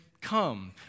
come